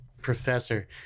professor